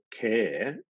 care